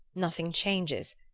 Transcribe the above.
nothing changes,